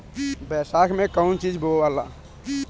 बैसाख मे कौन चीज बोवाला?